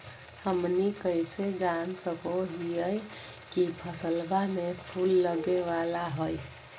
हमनी कइसे जान सको हीयइ की फसलबा में फूल लगे वाला हइ?